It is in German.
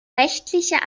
rechtlicher